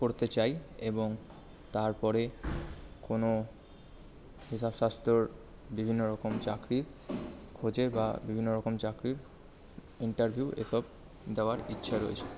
পড়তে চাই এবং তারপরে কোনো হিসাবশাস্ত্রর বিভিন্ন রকম চাকরির খোঁজে বা বিভিন্ন রকম চাকরির ইন্টারভিউ এসব দেওয়ার ইচ্ছা রয়েছে